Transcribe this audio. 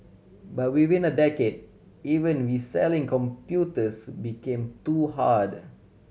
but within a decade even reselling computers became too hard